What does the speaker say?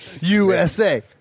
USA